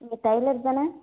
நீங்கள் டெய்லர் தானே